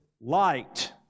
light